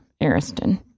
Ariston